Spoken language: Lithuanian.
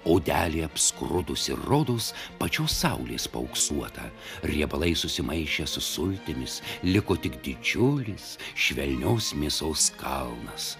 odelė apskrudusi rodos pačios saulės paauksuota riebalai susimaišė su sultimis liko tik didžiulis švelnios mėsos kalnas